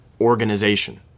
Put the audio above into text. organization